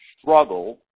struggle